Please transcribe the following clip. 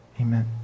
amen